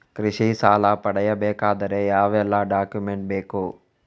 ಕೃಷಿ ಸಾಲ ಪಡೆಯಬೇಕಾದರೆ ಯಾವೆಲ್ಲ ಡಾಕ್ಯುಮೆಂಟ್ ಬೇಕು?